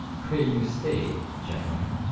pray you stay, gentlemen.